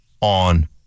On